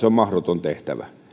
on mahdoton tehtävä